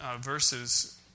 verses